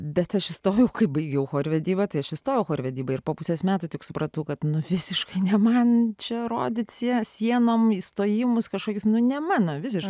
bet aš įstojau kai baigiau chorvedybą tai aš įstojau chorvedybą ir po pusės metų tik supratau kad visiškai ne man čia rodyt sienom įstojimus kažkoks nu ne mano visiš